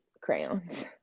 crayons